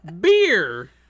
beer